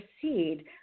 proceed